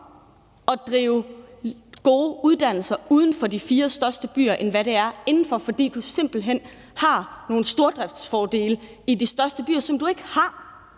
at drive gode uddannelser uden for de fire største byer end indenfor, fordi du simpelt hen har nogle stordriftsfordele i de største byer, som du ikke har,